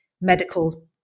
medical